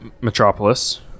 metropolis